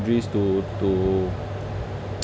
~daries to to